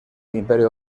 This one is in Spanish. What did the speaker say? imperio